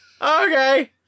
Okay